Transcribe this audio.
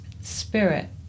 spirit